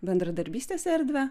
bendradarbystės erdvę